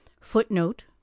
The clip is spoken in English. Footnote